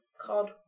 called